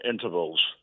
intervals